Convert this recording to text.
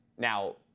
Now